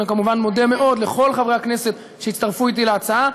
אני כמובן מודה מאוד לכל חברי הכנסת שהצטרפו להצעה.